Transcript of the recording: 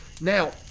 Now